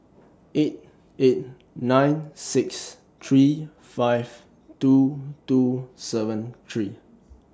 eight eight nine six three five two two seven three